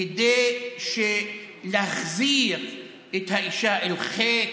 כדי להחזיר את האישה אל חיק